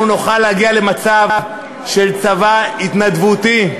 אנחנו נוכל להגיע למצב של צבא התנדבותי.